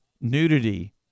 nudity